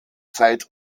zeit